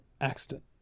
accident